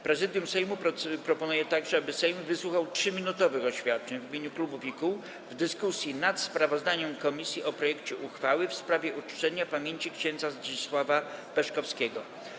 Prezydium Sejmu proponuje także, aby Sejm wysłuchał 3-minutowych oświadczeń w imieniu klubów i kół w dyskusji nad sprawozdaniem komisji o projekcie uchwały w sprawie uczczenia pamięci ks. Zdzisława Peszkowskiego.